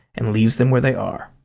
and leaves them where they are.